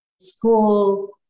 school